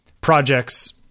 Projects